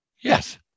Yes